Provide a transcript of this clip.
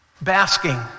Basking